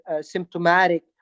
symptomatic